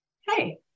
hey